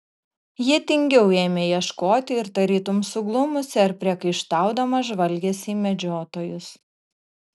ji tingiau ėmė ieškoti ir tarytum suglumusi ar priekaištaudama žvalgėsi į medžiotojus